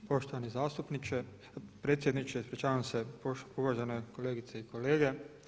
Poštovani zastupniče, predsjedniče ispričavam se, uvažene kolegice i kolege.